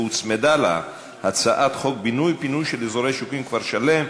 והוצמדה לה הצעת חוק בינוי ופינוי של אזורי שיקום (כפר-שלם),